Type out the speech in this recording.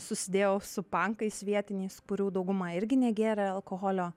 susidėjau su pankais vietiniais kurių dauguma irgi negėrė alkoholio